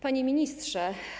Panie Ministrze!